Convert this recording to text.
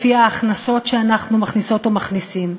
לפי ההכנסות שאנחנו מכניסות או מכניסים,